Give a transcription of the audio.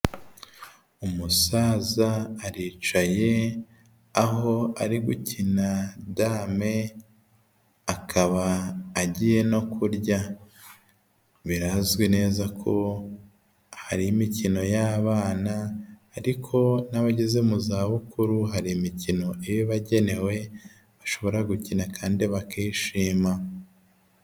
Umusaza aricaye, aho ari gukina dame, akaba agiye no kurya. Birazwi neza ko hari imikino y'abana ariko n'abageze mu zabukuru hari imikino iba ibagenewe bashobora gukina kandi bakishima.